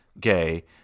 gay